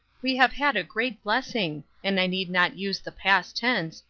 we have had a great blessing and i need not use the past tense,